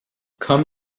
come